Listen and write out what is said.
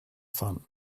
fun